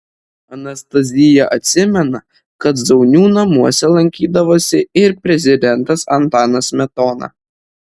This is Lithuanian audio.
anastazija atsimena kad zaunių namuose lankydavosi ir prezidentas antanas smetona